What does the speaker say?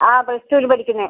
ആ പ്ലസ്ടുവിൽ പഠിക്കുന്നത്